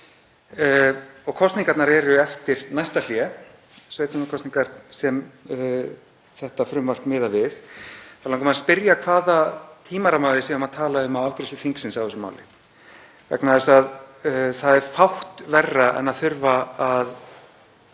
og kosningarnar eru eftir næsta hlé, sveitarstjórnarkosningar sem þetta frumvarp miðar við. Þá langar mig að spyrja hvaða tímaramma við séum að tala um í afgreiðslu þingsins á þessu máli vegna þess að það er fátt verra en að þurfa að